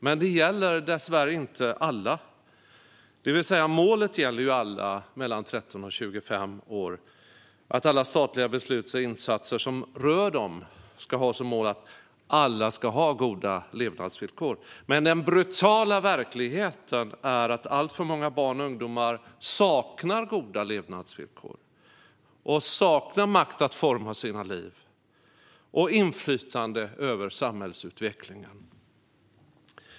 Men det gäller dessvärre inte alla. Det vill säga: Målet gäller alla i åldern 13-25, att alla statliga beslut och insatser som rör dem ska ha som mål att alla ska ha goda levnadsvillkor. Men den brutala verkligheten är att alltför många barn och ungdomar saknar goda levnadsvillkor, makt att forma sina liv och inflytande över samhällsutvecklingen.